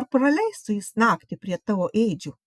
ar praleistų jis naktį prie tavo ėdžių